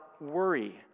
worry